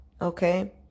okay